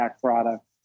product